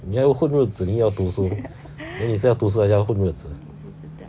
你又要混日子你又要读书 then 你是要读书还是要混日子